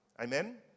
Amen